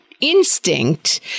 instinct